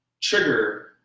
trigger